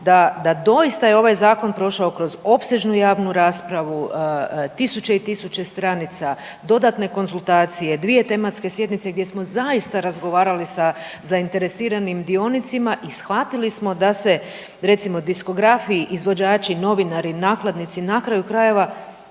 da doista je ovaj zakon prošao kroz opsežnu javnu raspravu, tisuće i tisuće stranica, dodatne konzultacije, dvije tematske sjednice gdje smo zaista razgovarali sa zainteresiranim dionicima i shvatili smo da se recimo diskografi, izvođači, novinari, nakladnici na kraju krajeva